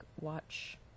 watch